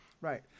Right